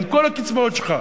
עם כל הקצבאות שלך,